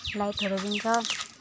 लाइटहरू पनि छ